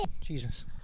Jesus